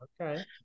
Okay